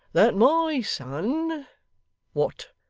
that my son what,